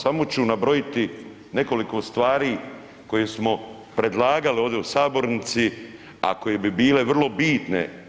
Samo ću nabrojiti nekoliko stvari koje smo predlagali ovdje u sabornici, a koje bi bile vrlo bitne.